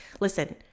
Listen